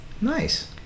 Nice